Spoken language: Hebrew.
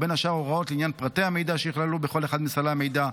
ובין השאר הוראות לעניין פרטי המידע שייכללו בכל אחד מסלי המידע,